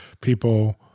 people